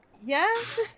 yes